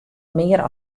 mear